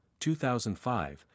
2005